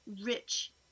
rich